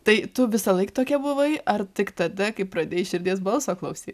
tai tu visąlaik tokia buvai ar tik tada kai pradėjai širdies balso klausy